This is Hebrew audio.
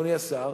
אדוני השר,